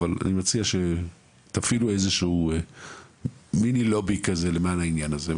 ולכן אני מציע שתפעילו איזשהו מיני לובי כזה למען העניין הזה,